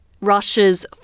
Russia's